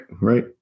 right